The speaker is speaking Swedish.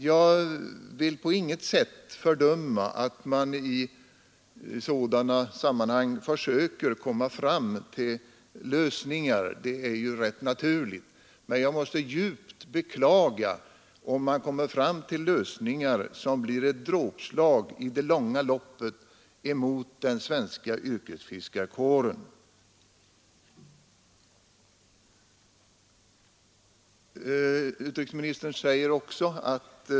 Jag vill på intet sätt fördöma att man försöker komma fram till lösningar i sådana sammanhang — det är ju rätt naturligt — men jag måste djupt beklaga om man då kommer fram till lösningar som i det långa loppet blir ett dråpslag mot den svenska yrkesfiskarkåren.